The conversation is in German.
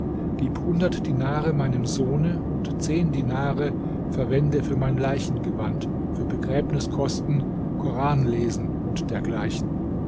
gib hundert dinare meinem sohne und zehn dinare verwende für mein leichengewand für begräbniskosten koranlesen und dergleichen